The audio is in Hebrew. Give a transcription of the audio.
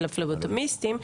של הפלבוטומיסטים,